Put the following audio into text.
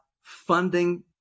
funding